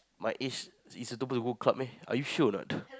my age is suitable to go club meh are you sure or not